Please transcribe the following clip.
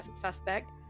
suspect